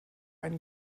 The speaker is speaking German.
ein